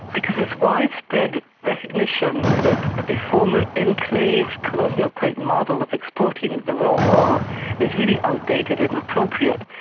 because there's widespread recognition that the former enclave colonial-type model of exporting the raw ore is really out-dated and inappropriate.